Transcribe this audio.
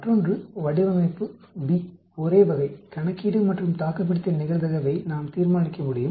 மற்றொன்று வடிவமைப்பு B ஒரே வகை கணக்கீடு மற்றும் தாக்குப்பிடித்தல் நிகழ்தகவை நாம் தீர்மானிக்க முடியும்